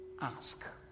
ask